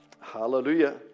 Hallelujah